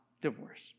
divorce